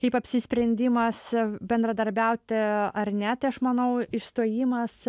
kaip apsisprendimas bendradarbiauti ar ne tai aš manau išstojimas